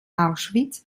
auschwitz